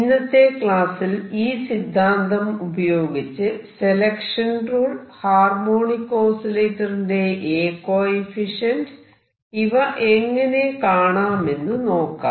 ഇന്നത്തെ ക്ലാസ്സിൽ ഈ സിദ്ധാന്തം ഉപയോഗിച്ച് സെലക്ഷൻ റൂൾ ഹാർമോണിക് ഓസിലേറ്ററിന്റെ A കോയിഫിഷ്യന്റ് ഇവ എങ്ങനെ കാണാമെന്നു നോക്കാം